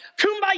kumbaya